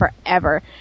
forever